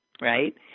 right